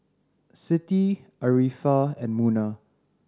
Siti Arifa and Munah